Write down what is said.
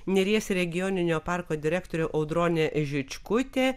neries regioninio parko direktorė audronė žičkutė